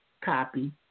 copy